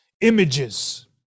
images